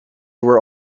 were